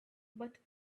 but